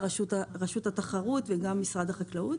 הן ברשות התחרות וגם משרד החקלאות.